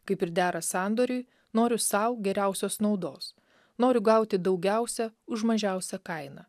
kaip ir dera sandoriui noriu sau geriausios naudos noriu gauti daugiausia už mažiausią kainą